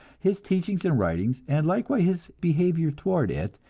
his teachings and writings and likewise his behavior toward it,